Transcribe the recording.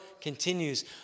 continues